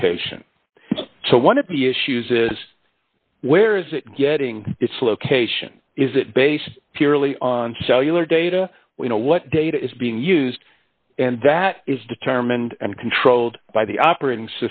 location so one of the issues is where is it getting its location is it based purely on cellular data we know what data is being used and that is determined and controlled by the operating